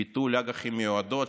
ביטול אג"ח מיועדות,